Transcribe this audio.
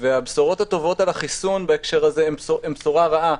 הבשורות הטובות על החיסון בהקשר הזה הן בשורה רעה,